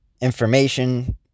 information